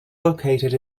located